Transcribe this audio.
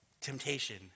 temptation